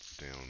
down